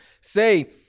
Say